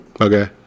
Okay